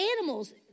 animals